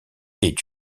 est